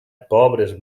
pobres